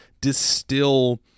distill